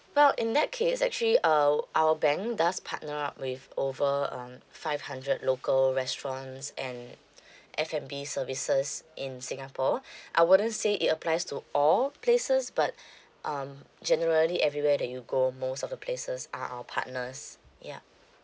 well in that case actually uh our bank does partner up with over um five hundred local restaurants and F and B services in singapore I wouldn't say it applies to all places but um generally everywhere that you go most of the places are our partners yeah